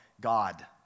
God